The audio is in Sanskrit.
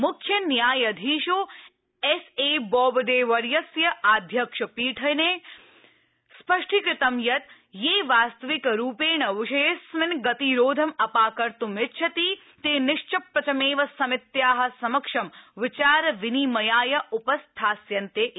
मुख्यन्यायधीशो एस् ए बोबडेवर्यस्य आध्यक्षपीठने स्पष्टीकृतं यत् ये वास्तविकरूपेण विषयेऽस्मिन् गतिरोधम् अपाकर्त् इच्छति ते निश्चप्रचमेव समित्या समक्षं विचारविनिमयाय उपस्थास्यन्ते इति